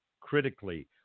critically